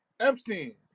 Epstein